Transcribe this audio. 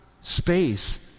space